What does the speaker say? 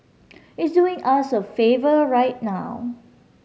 it's doing us a favour right now